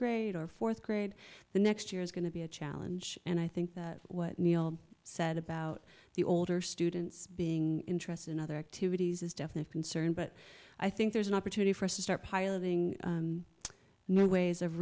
grade or fourth grade the next year is going to be a challenge and i think that what neil said about the older students being interested in other activities is definite concern but i think there's an opportunity for us to start piloting new ways of